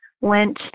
went